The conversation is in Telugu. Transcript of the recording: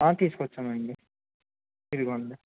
తీసుకొచ్చానండి ఇదిగోండి